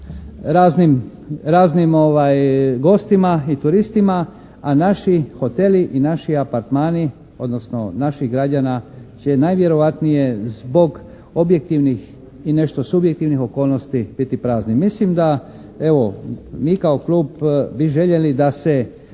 raznim gostima i turistima, a naši hoteli i naši apartmani, odnosno naših građana će najvjerojatnije zbog objektivnih i nešto subjektivnih okolnosti biti prazni. Mislim da evo mi kao klub bi željeli da se